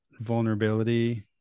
vulnerability